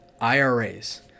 IRAs